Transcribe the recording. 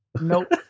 Nope